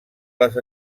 les